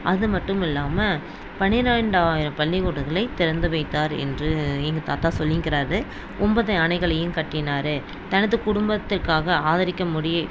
அது மட்டும் இல்லாமல் பன்னிரெண்டாயிரம் பள்ளிக்கூடங்களை திறந்து வைத்தார் என்று எங்கள் தாத்தா சொல்லினுக்குறார் ஒம்பது அணைகளையும் கட்டினார் தனது குடும்பத்திற்காக ஆதரிக்கும்படி